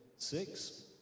Six